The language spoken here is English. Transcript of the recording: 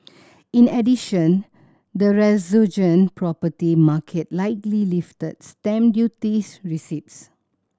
in addition the resurgent property market likely lifted stamp duties receipts